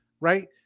right